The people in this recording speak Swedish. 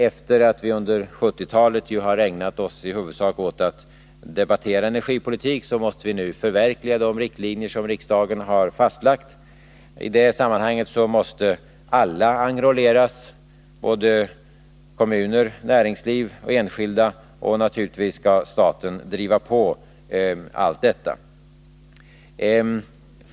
Efter att under 1970-talet i huvudsak ha ägnat oss åt att debattera energipolitik, så måste vi nu förverkliga de riktlinjer som riksdagen har fastlagt. I det sammanhanget måste alla enrolleras, såväl kommuner som näringsliv och enskilda. Naturligtvis skall staten driva på när det gäller allt detta.